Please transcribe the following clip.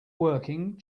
working